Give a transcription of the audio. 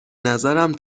نظرم